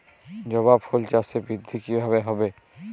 জবা ফুল চাষে বৃদ্ধি কিভাবে হবে?